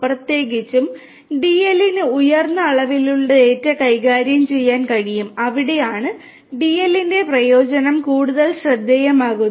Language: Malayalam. പ്രത്യേകിച്ചും DL ന് ഉയർന്ന അളവിലുള്ള ഡാറ്റ കൈകാര്യം ചെയ്യാൻ കഴിയും അവിടെയാണ് DL ന്റെ പ്രയോജനം കൂടുതൽ ശ്രദ്ധേയമാകുന്നത്